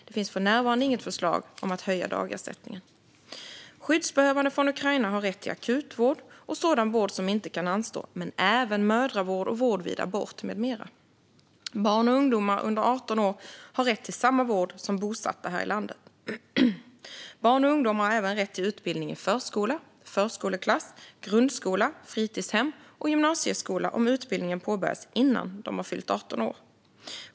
Det finns för närvarande inget förslag om att höja dagersättningen. Skyddsbehövande från Ukraina har rätt till akutvård och sådan vård som inte kan anstå, men även mödravård och vård vid abort med mera. Barn och ungdomar under 18 år har rätt till samma vård som bosatta här i landet. Barn och ungdomar har även rätt till utbildning i förskola, förskoleklass, grundskola, fritidshem och gymnasieskola om utbildningen påbörjas innan de har fyllt 18 år.